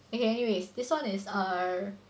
okay anyways this one is err